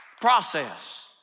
Process